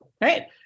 Right